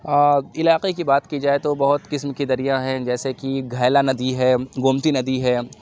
آ علاقے کی بات کی جائے تو بہت قسم کے دریا ہیں جیسے کہ گھیلا ندی ہے گومتی ندی ہے